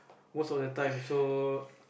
most of the time so